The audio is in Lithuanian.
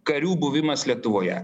karių buvimas lietuvoje